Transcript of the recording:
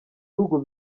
bihugu